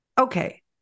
Okay